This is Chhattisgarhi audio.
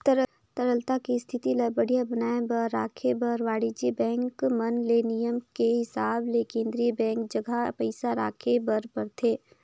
तरलता के इस्थिति ल बड़िहा बनाये बर राखे बर वाणिज्य बेंक मन ले नियम के हिसाब ले केन्द्रीय बेंक जघा पइसा राखे बर परथे